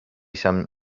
some